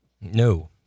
No